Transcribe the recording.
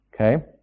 Okay